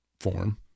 form